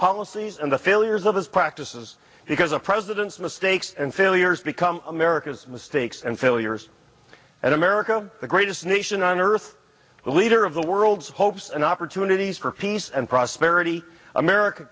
policies and the failures of his practices because of presidents mistakes and failures become america's mistakes and failures and america the greatest nation on earth the leader of the world's hopes and opportunities for peace and prosperity america